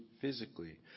physically